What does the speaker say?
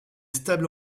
stable